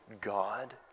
God